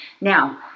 Now